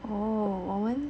oh 我们